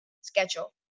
schedule